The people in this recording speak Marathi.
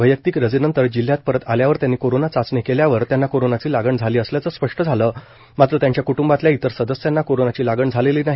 वैयक्तिक रजेनंतर जिल्ह्यात परत आल्यावर त्यांची कोरोना चाचणी केल्यावर त्यांना कोरोनाची लागण झाली असल्याचं स्पष्ट झालं मात्र त्यांच्या क्ट्ंबातल्या इतर सदस्यांना कोरोनाची लागण झालेली नाही